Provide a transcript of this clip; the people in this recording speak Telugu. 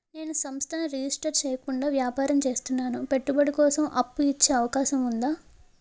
నేను సంస్థను రిజిస్టర్ చేయకుండా వ్యాపారం చేస్తున్నాను పెట్టుబడి కోసం అప్పు ఇచ్చే అవకాశం ఉందా?